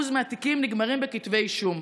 מהתיקים נגמרים בכתבי אישום.